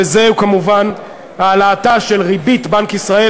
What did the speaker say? וזה כמובן העלאת ריבית בנק ישראל,